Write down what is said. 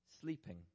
sleeping